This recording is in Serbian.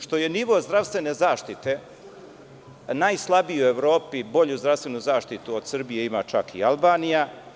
Što je nivo zdravstvene zaštite najslabiji u Evropi, jer bolju zdravstvenu zaštitu ima čak i Albanija.